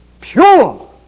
Pure